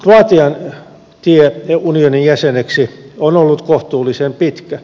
kroatian tie unionin jäseneksi on ollut kohtuullisen pitkä